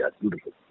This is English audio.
beautiful